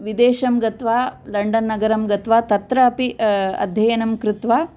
विदेशं गत्वा लण्डन् नगरं गत्वा तत्र अपि अध्ययनं कृत्वा